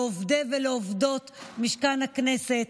לעובדי ולעובדות משכן הכנסת.